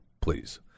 Please